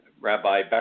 Rabbi